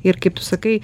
ir kaip tu sakai